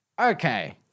Okay